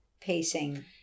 pacing